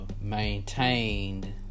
maintained